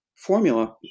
formula